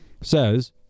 says